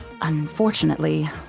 unfortunately